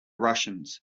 russians